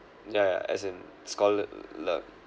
ya ya as in scholar love